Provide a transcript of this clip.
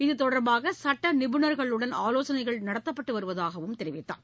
இது தொடர்பாகசட்டநிபுணர்களுடன் ஆலோசனைகள் நடத்தப்பட்டுவருவதாகவும் தெரிவித்தார்